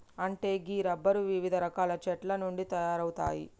అంటే గీ రబ్బరు వివిధ రకాల చెట్ల నుండి తయారవుతాయి